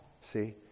See